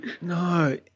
No